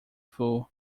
foe